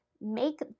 make